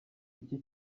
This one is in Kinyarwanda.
iki